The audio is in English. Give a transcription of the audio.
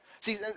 See